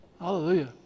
Hallelujah